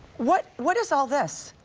what what is ah this?